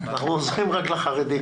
אנחנו עוזרים רק לחרדים